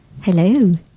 hello